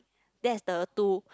that's the two